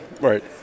Right